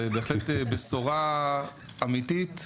זה בהחלט בשורה אמיתית.